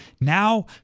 Now